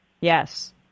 Yes